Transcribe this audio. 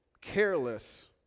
careless